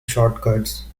shortcuts